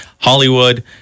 Hollywood